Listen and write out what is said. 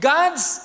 God's